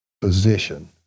position